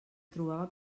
trobava